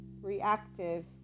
reactive